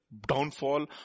downfall